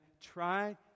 try